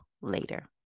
later